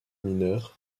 mineurs